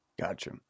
Gotcha